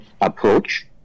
approach